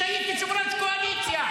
כשהייתי יושב-ראש קואליציה.